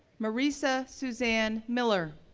marisa susanne miller,